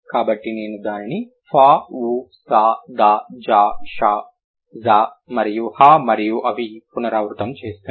కాబట్టి నేను దానిని ఫ వు స ద జా ష ఝా మరియు హ మరియు అని పునరావృతం చేస్తున్నాను